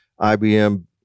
IBM